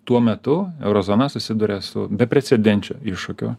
tuo metu euro zona susiduria su beprecedenčiu iššūkiu